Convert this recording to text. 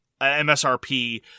MSRP